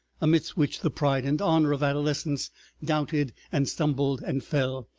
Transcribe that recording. amidst which the pride and honor of adolescence doubted and stumbled and fell,